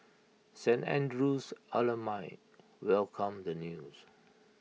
Saint Andrew's alumni welcomed the news